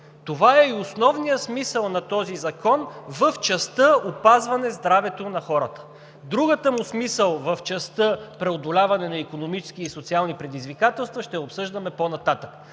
това е и основният смисъл на този закон в частта опазване здравето на хората. Другият му смисъл – в частта преодоляване на икономически и социални предизвикателства, ще обсъждаме по-нататък.